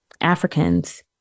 Africans